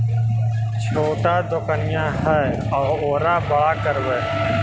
छोटा दोकनिया है ओरा बड़ा करवै?